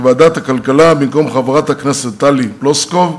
בוועדת הכלכלה: במקום חברת הכנסת טלי פלוסקוב,